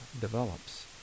develops